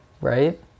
right